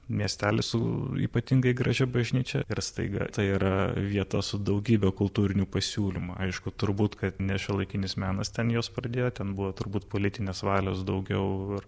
miestelis su ypatingai gražia bažnyčia ir staiga tai yra vieta su daugybe kultūrinių pasiūlymų aišku turbūt kad ne šiuolaikinis menas ten juos pradėjo ten buvo turbūt politinės valios daugiau